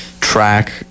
track